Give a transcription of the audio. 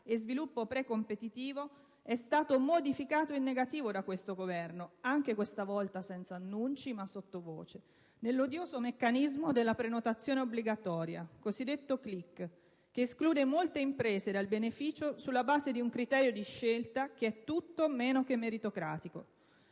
e sviluppo precompetitivo è stato modificato in negativo da questo Governo (anche questa volta senza annunci, ma sottovoce) nell'odioso meccanismo della prenotazione obbligatoria, cosiddetto *click*, che esclude molte imprese dal beneficio sulla base di un criterio di scelta che è tutto meno che meritocratico.